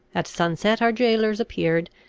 at sunset our jailors appeared,